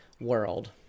world